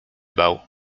bał